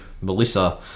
Melissa